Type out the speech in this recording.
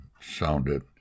sounded